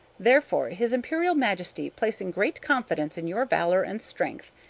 therefore his imperial majesty, placing great confidence in your valor and strength,